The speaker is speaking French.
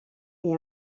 est